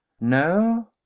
no